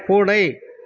பூனை